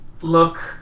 look